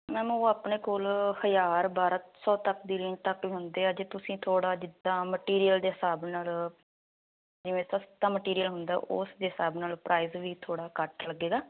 ma'am ਉਹ ਆਪਣੇ ਕੋਲ ਹਜ਼ਾਰ ਬਾਰਾਂ ਕੁ ਸੌ ਤੱਕ ਦੀ ਰੇਂਜ ਤੱਕ ਵੀ ਹੁੰਦੇ ਆ ਜੇ ਤੁਸੀਂ ਥੋੜ੍ਹਾ ਜਿੱਦਾਂ ਮਟੀਰੀਅਲ ਦੇ ਹਿਸਾਬ ਨਾਲ ਜਿਵੇਂ ਸਸਤਾ ਮਟੀਰੀਅਲ ਹੁੰਦਾ ਉਸ ਦੇ ਹਿਸਾਬ ਨਾਲ ਪ੍ਰਾਈਜ਼ ਵੀ ਥੋੜ੍ਹਾ ਘੱਟ ਲੱਗੇਗਾ